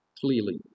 clearly